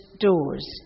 doors